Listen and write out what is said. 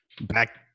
back